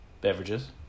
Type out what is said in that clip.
beverages